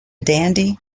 dandy